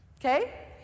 Okay